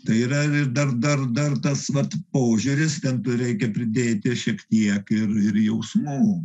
tai yra dar dar dar tas vat požiūris ten kur reikia pridėti šiek tiek ir ir jausmų